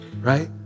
right